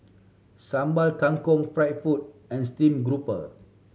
Sambal Kangkong fried food and steam grouper